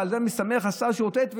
ועל זה מסתמך השר לשירותי הדת.